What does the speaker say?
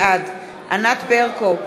בעד ענת ברקו,